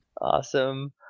Awesome